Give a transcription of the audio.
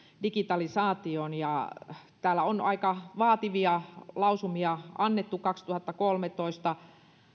digitalisaatioon ja täällä on aika vaativia lausumia annettu kaksituhattakolmetoista